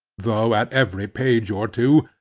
though at every page or two,